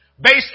Based